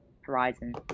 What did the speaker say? horizon